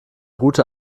route